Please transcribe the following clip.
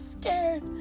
scared